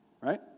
right